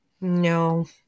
No